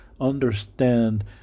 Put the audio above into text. understand